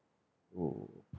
to